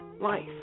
life